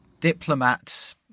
Diplomats